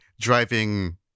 driving